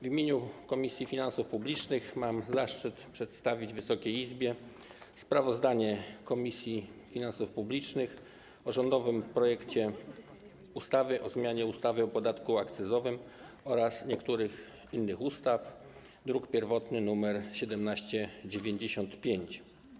W imieniu Komisji Finansów Publicznych mam zaszczyt przedstawić Wysokiej Izbie sprawozdanie Komisji Finansów Publicznych o rządowym projekcie ustawy o zmianie ustawy o podatku akcyzowym oraz niektórych innych ustaw, druk pierwotny nr 1795.